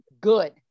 good